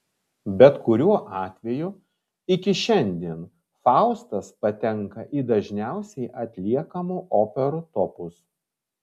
bet kuriuo atveju iki šiandien faustas patenka į dažniausiai atliekamų operų topus